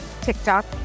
TikTok